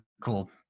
cool